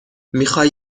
میخوای